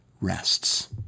rests